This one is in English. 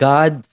God